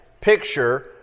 picture